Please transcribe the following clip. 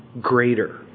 greater